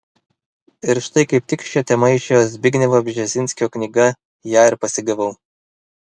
ir štai kaip tik šia tema išėjo zbignevo bžezinskio knyga ją ir pasigavau